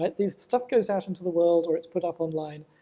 right. the stuff goes out into the world or it's put up online,